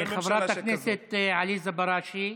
חברת הכנסת עליזה בראשי,